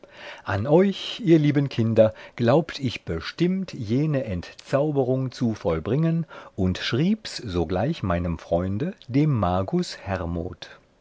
an euch ihr lieben kinder glaubt ich bestimmt jene entzauberung zu vollbringen und schrieb's sogleich meinem freunde dem magus hermod